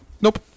Nope